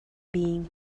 being